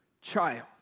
child